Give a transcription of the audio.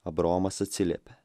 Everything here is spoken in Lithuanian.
abraomas atsiliepė